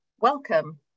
welcome